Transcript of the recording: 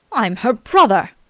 i'm her brother!